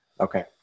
okay